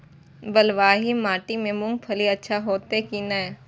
बलवाही माटी में मूंगफली अच्छा होते की ने?